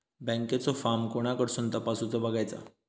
बँकेचो फार्म कोणाकडसून तपासूच बगायचा?